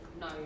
no